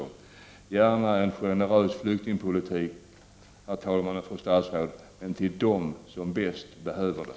Vi skall gärna ha en generös flyktingpolitik, fru statsråd, men för dem som bäst behöver det.